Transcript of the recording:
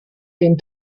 den